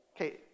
Okay